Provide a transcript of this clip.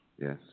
Yes